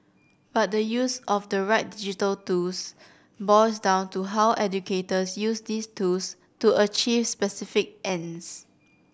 but the use of the right digital tools boils down to how educators use these tools to achieve specific ends